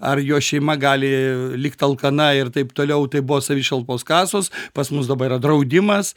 ar jo šeima gali likt alkana ir taip toliau tai buvo savišalpos kasos pas mus dabar yra draudimas